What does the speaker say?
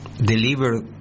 deliver